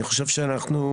אני חושב שאנחנו,